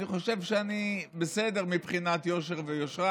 אני חושב שאני בסדר מבחינת יושר ויושרה.